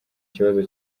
kibazo